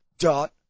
Dot